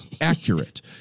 accurate